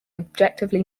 objectively